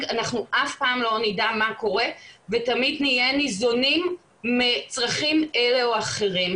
אף פעם לא נדע מה קורה ותמיד נהיה ניזונים מצרכים אלה או אחרים,